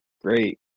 great